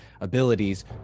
abilities